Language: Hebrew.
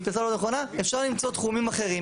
אפשר למצוא תחומים אחרים.